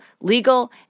legal